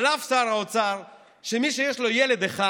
שלף שר האוצר שמי שיש לו ילד אחד